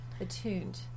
Attuned